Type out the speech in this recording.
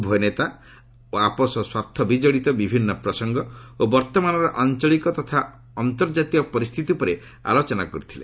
ଉଭୟ ନେତା ଆପୋଷ ସ୍ୱାର୍ଥ ବିଜଡ଼ିତ ବିଭିନ୍ନ ପ୍ରସଙ୍ଗ ଓ ବର୍ତ୍ତମାନର ଆଞ୍ଚଳିକ ଓ ଅନ୍ତର୍କାତୀୟ ପରିସ୍ଥିତି ଉପରେ ଆଲୋଚନା କରିଥିଲେ